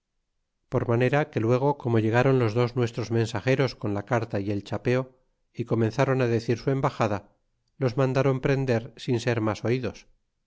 por manera que luego como llegaron los dos nuestros rnensageros con la carta y el chapeo y comenzaron decir su embaxada los mandaron prender sin ser mas oidos